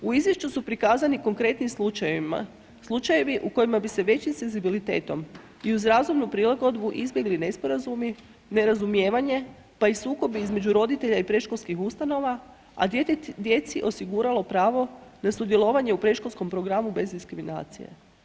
U izvješću su prikazani konkretnim slučajevima, slučajevi u kojima bi se većim senzibilitetom i uz razumnu prilagodbu izbjegli nesporazumi, nerazumijevanje, pa i sukobi između roditelja i predškolskih ustanova, a djecu osiguralo pravo na sudjelovanje u predškolskom programu bez diskriminacije.